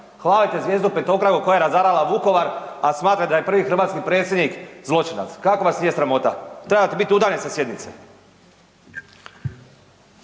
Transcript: Hvalite zvijezdu petokraku koja je razarala Vukovar, a smatrate da je prvi hrvatski predsjednik zločinac. Kako vas nije sramota? Trebate biti udaljeni sa sjednice.